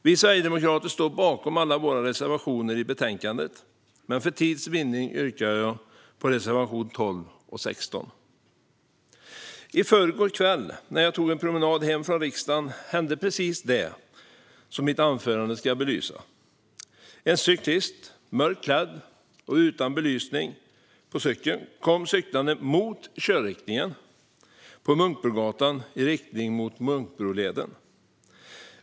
Vi sverigedemokrater står bakom alla våra reservationer i betänkandet, men för tids vinnande yrkar jag bifall bara till reservationerna 12 och 16. I förrgår kväll, när jag tog en promenad hem från riksdagen, hände precis det som mitt anförande ska belysa. En cyklist, mörkt klädd och utan belysning på cykeln, kom cyklande mot körriktningen på Munkbrogatan i riktning mot Munkbroleden.